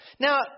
Now